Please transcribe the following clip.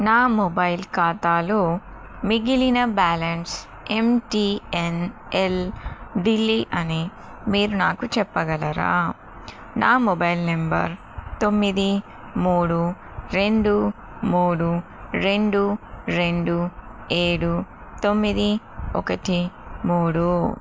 నా మొబైల్ ఖాతాలో మిగిలిన బ్యాలెన్స్ ఎంటిఎన్ఎల్ డిలీ అని మీరు నాకు చెప్పగలరా నా మొబైల్ నెంబర్ తొమ్మిది మూడు రెండు మూడు రెండు రెండు ఏడు తొమ్మిది ఒకటి మూడు